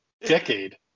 decade